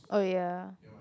oh ya